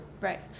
Right